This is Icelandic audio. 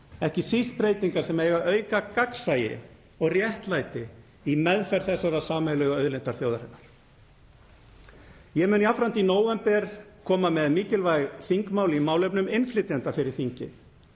ekki síst breytingar sem eiga að auka gagnsæi og réttlæti í meðferð þessarar sameiginlegu auðlindar þjóðarinnar. Ég mun jafnframt í nóvember koma með mikilvæg þingmál í málefnum innflytjenda fyrir þingið